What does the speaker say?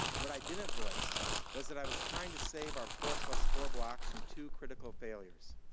what i didn't voice was that i was trying to save our four plus four blocks from two critical failures.